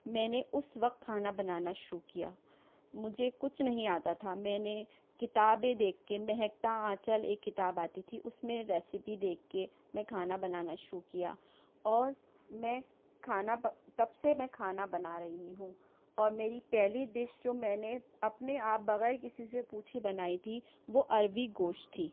میں نے اس وقت کھانا بنانا شروع کیا مجھے کچھ نہیں آتا تھا میں نے کتابیں دیکھ کے مہکتا آنچل ایک کتاب آتی تھی اس میں ریسیپی دیکھ کے میں کھانا بنانا شروع کیا اور میں کھانا پک تب سے میں کھانا بنا رہی ہوں اور میری پہلی ڈش جو میں نے اپنے آپ بغیر کسی سے پوچھے بنائی تھی وہ اروی گوشت تھی